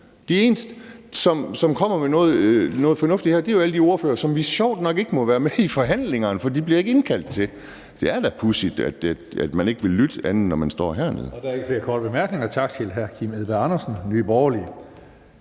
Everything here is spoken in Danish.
De eneste, som kommer med noget fornuftigt her, er jo alle de ordførere, som sjovt nok ikke må være med i forhandlingerne, for de bliver ikke indkaldt til det. Det er da pudsigt, at man ikke vil lytte, undtagen når man står hernede.